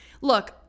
Look